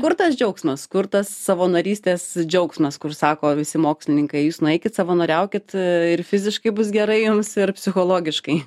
kur tas džiaugsmas kur tas savanorystės džiaugsmas kur sako visi mokslininkai jūs nueikit savanoriaukit ir fiziškai bus gerai jums ir psichologiškai